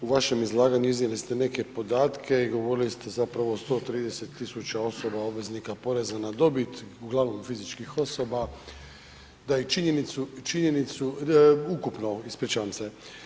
U vašem izlaganju iznijeli ste neke podatke i govorili ste zapravo o 130 tisuća osoba obveznika poreza na dobit, uglavnom fizičkih osoba da je činjenicu ukupno, ispričavam se.